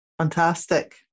Fantastic